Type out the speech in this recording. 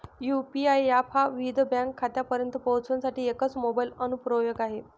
UPI app हा विविध bank खात्यांपर्यंत पोहोचण्यासाठी एकच मोबाइल अनुप्रयोग आहे